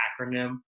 acronym